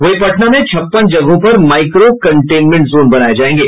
वहीं पटना में छप्पन जगहों पर माइक्रो कंटेनमेंट जोन बनाये जायेंगे